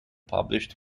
published